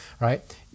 right